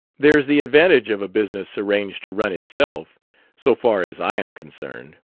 there's the advantage of a business arranged to run itself so far as i am concerned.